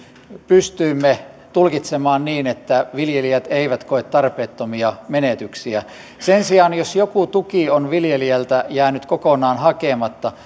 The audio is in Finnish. pystyimme tulkitsemaan niin että viljelijät eivät koe tarpeettomia menetyksiä sen sijaan jos jokin tuki on viljelijältä jäänyt kokonaan hakematta